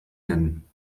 nennen